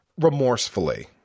Remorsefully